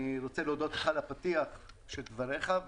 אני רוצה להודות לך על הפתיח של דבריך.